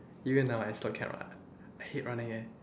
even now I still cannot I hate running eh